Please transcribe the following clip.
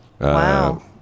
Wow